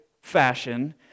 fashion